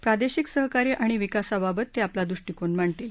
प्रादेशिक सहकार्य आणि विकासाबाबत ते आपला दृष्टिकोन मांडतील